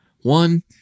One